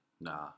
Nah